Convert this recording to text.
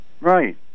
Right